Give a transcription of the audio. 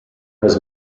has